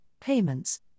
payments